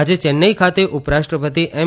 આજે ચેન્નઈ ખાતે ઉપરાષ્ટ્રપતિ એમ